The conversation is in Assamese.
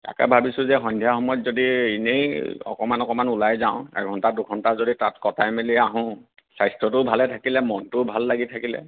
তাকে ভাবিছোঁ যে সন্ধ্যা সময়ত যদি ইনেই অকমান অকমান ওলাই যাওঁ এঘণ্টা দুঘণ্টা যদি তাত কটাই মেলি আহোঁ স্বাস্থ্যও ভালে থাকিলে মনটোও ভাল লাগি থাকিলে